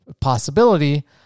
Possibility